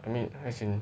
I mean 太闲